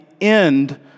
end